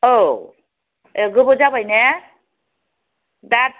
औ गोबाव जाबाय ने दा